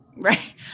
Right